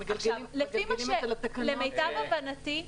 מגלגלים את זה לתקנות.